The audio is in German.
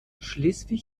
schleswig